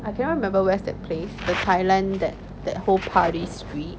I cannot remember where's that place that thailand that that whole party's free